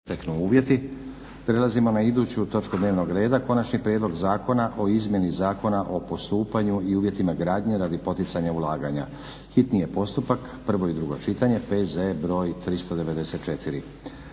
Nenad (SDP)** Prelazimo na iduću točku dnevnog reda - Konačni prijedlog zakona o izmjeni Zakona o postupanju i uvjetima gradnje radi poticanja ulaganja, hitni postupak, prvo i dugo čitanje, PZ br. 394